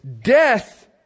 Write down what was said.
Death